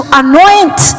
anoint